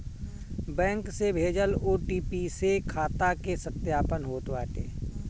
bank से भेजल OTP से खाता के सत्यापन होत बाटे